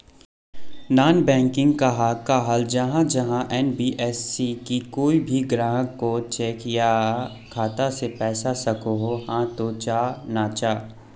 Non banking कहाक कहाल जाहा जाहा एन.बी.एफ.सी की कोई भी ग्राहक कोत चेक या खाता से पैसा सकोहो, हाँ तो चाँ ना चाँ?